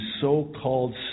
so-called